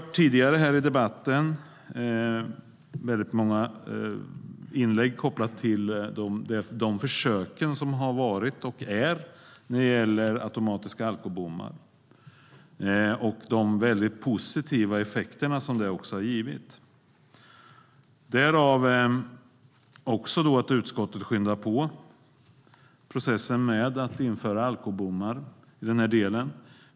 Tidigare i debatten har vi hört många inlägg om de försök som gjorts och görs med automatiska alkobommar och om de positiva effekter detta har givit - därav utskottets vilja att skynda på processen att införa alkobommar.